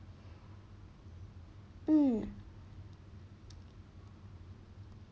mm